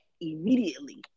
immediately